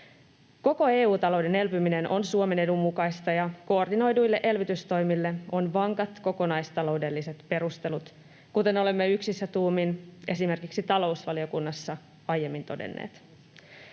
Koko EU-talouden elpyminen on Suomen edun mukaista, ja koordinoiduille elvytystoimille on vankat kokonaistaloudelliset perustelut, kuten olemme yksissä tuumin esimerkiksi talousvaliokunnassa aiemmin todenneet.